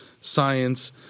science